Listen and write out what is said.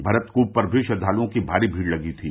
भरत कूप पर भी श्रद्वालुओं की भारी भीड़ लगी थी